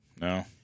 No